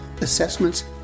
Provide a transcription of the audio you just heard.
assessments